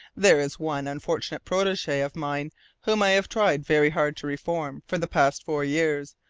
there is one unfortunate protege of mine whom i have tried very hard to reform for the past four years,